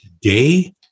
Today